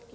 se.